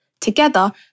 Together